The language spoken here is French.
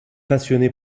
passionnée